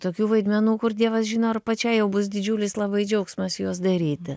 tokių vaidmenų kur dievas žino ar pačiai jau bus didžiulis labai džiaugsmas juos daryti